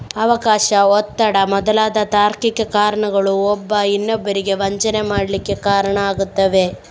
ಅವಕಾಶ, ಒತ್ತಡ ಮೊದಲಾದ ತಾರ್ಕಿಕ ಕಾರಣಗಳು ಒಬ್ಬ ಇನ್ನೊಬ್ಬರಿಗೆ ವಂಚನೆ ಮಾಡ್ಲಿಕ್ಕೆ ಕಾರಣ ಆಗ್ತವೆ